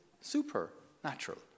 Supernatural